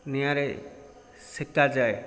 ନିଆଁରେ ସେକାଯାଏ